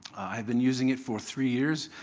i've been using it for three years.